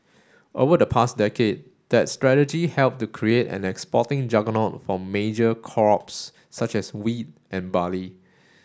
over the past decade that strategy helped to create an exporting juggernaut for major crops such as wheat and barley